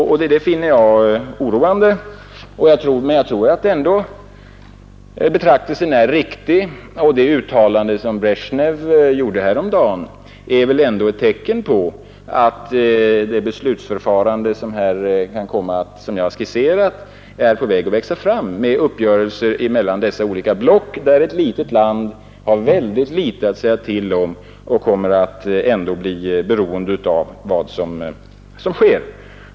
Jag finner detta oroande, men jag tror ändå att betraktelsen är riktig. Det uttalande som Bresjnev gjorde häromdagen är ett tecken på att det beslutsförfarande som jag har skisserat — med uppgörelser mellan dessa olika block — är på väg att växa fram; och i det sammanhanget har ett litet land ytterst litet att säga till om, men kommer ändå att bli beroende av vad som sker.